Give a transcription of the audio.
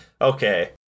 okay